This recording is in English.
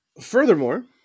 Furthermore